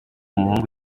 muhungu